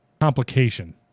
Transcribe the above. complication